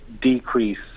decrease